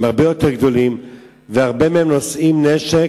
הם הרבה יותר גדולים והרבה מהם נושאים נשק,